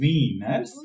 Venus